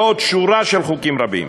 ועוד שורה של חוקים רבים.